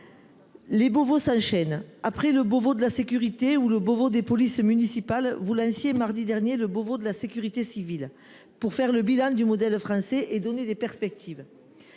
les « Beauvau » s’enchaînent. Après le Beauvau de la sécurité et le Beauvau des polices municipales, votre ministère lançait mardi dernier celui de la sécurité civile, afin de faire le bilan du modèle français et de donner des perspectives.